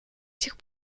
сих